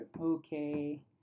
Okay